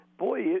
Boy